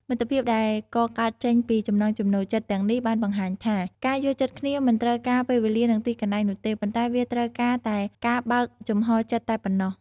មិត្តភាពដែលកកើតចេញពីចំណង់ចំណូលចិត្តទាំងនេះបានបង្ហាញថា ការយល់ចិត្តគ្នាមិនត្រូវការពេលវេលានិងទីកន្លែងនោះទេ ប៉ុន្តែវាត្រូវការតែការបើកចំហរចិត្តតែប៉ុណ្ណោះ។